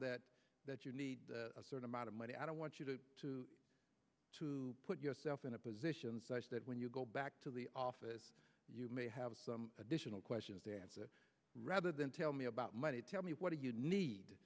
that that you need a certain amount of money i don't want you to to put yourself in a position such that when you go back to the office you may have some additional questions to answer rather than tell me about money tell me what do you need